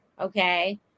Okay